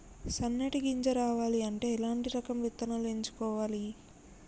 సన్నటి గింజ రావాలి అంటే ఎలాంటి రకం విత్తనాలు ఎంచుకోవాలి?